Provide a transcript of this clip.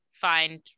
find